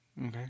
Okay